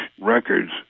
records